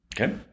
Okay